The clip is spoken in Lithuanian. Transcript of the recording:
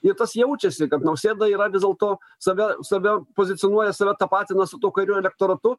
ir tas jaučiasi kad nausėda yra vis dėlto save save pozicionuoja save tapatina su tuo kairiuoju elektoratu